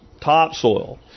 topsoil